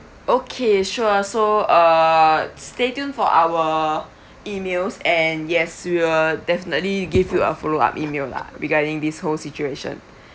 okay sure so err stay tuned for our emails and yes we will definitely give you a follow up email lah regarding this whole situation